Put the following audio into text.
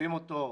משתפים אותו,